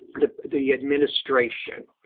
the the administration.